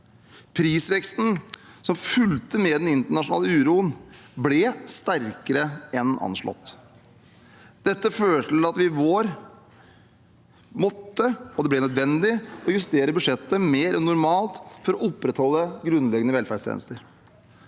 Prisveksten som fulgte med den internasjonale uroen, ble sterkere enn anslått. Dette førte til at det i vår ble nødvendig å justere bud sjettet mer enn normalt for å opprettholde grunnleggende velferdstjenester.